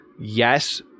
Yes